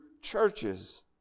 churches